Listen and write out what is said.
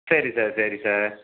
சரி சார் சரி சார்